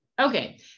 Okay